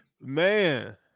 Man